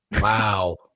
Wow